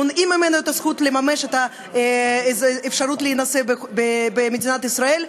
מונעים ממנו את הזכות לממש את הזכות להינשא במדינת ישראל,